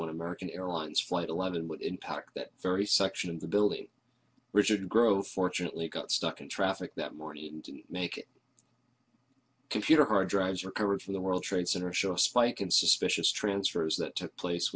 when american airlines flight eleven what impact that very section of the building richard grove fortunately got stuck in traffic that morning to make computer hard drives or courage from the world trade center show a spike in suspicious transfers that took place